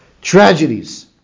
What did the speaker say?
tragedies